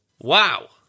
Wow